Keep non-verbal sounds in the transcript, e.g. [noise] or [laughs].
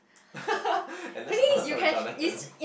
[laughs] and let's talk what's wrong with Jonathan